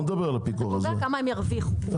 אתה